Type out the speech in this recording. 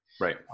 Right